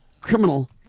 criminal